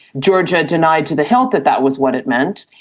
georgia denied to the hilt that that was what it meant,